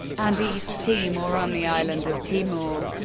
and east timor on the island of timor.